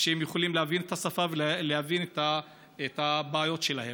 שהם יכולים להבין את השפה ולהבין את הבעיות שלהם.